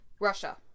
Russia